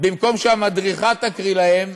במקום שהמדריכה תקריא להם,